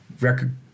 record